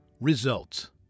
Results